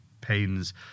pains